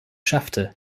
schaffte